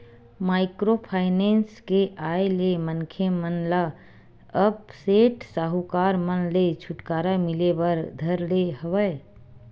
micro finance के आय ले मनखे मन ल अब सेठ साहूकार मन ले छूटकारा मिले बर धर ले हवय